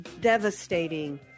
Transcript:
devastating